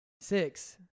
Six